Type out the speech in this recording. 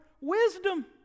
Wisdom